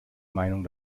meinung